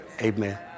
Amen